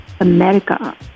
America